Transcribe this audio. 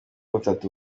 butatu